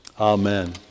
Amen